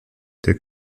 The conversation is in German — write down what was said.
der